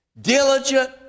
Diligent